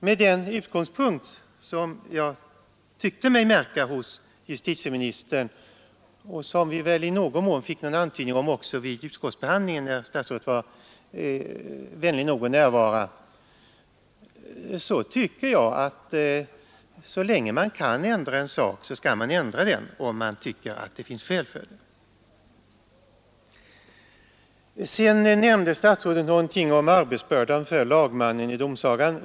Med den utgångspunkt som jag tyckte mig märka hos justitieministern och som vi väl i någon mån fick en antydan om vid utskottsbehandlingen, där statsrådet var vänlig nog att närvara, så tycker jag att så länge man kan ändra en sak så skall man göra det om det finns skäl för det. Sedan nämnde statsrådet någonting om arbetsbördan för lagmannen vid domsagan.